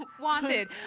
wanted